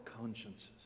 consciences